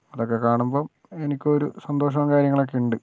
അതൊക്കെ കാണുമ്പോൾ എനിക്കൊരു സന്തോഷവും കാര്യങ്ങളൊക്കെ ഉണ്ട്